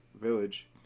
Village